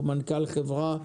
או מנכ"ל חברה,